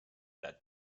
that